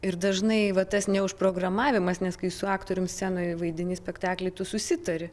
ir dažnai va tas ne užprogramavimas nes kai su aktorium scenoje vaidini spektaklį tu susitari